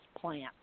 plant